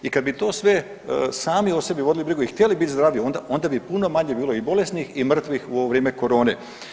I kad bi to sve sami o sebi vodili brigu i htjeli biti zdravi, onda bi puno manje bilo i bolesnih i mrtvih u ovo vrijeme corone.